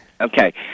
Okay